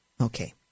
Okay